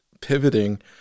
pivoting